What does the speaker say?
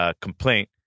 complaint